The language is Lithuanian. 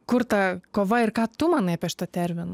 kur ta kova ir ką tu manai apie šitą terminą